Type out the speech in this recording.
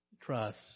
trust